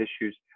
issues